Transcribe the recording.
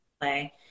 play